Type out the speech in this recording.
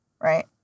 right